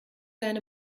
deine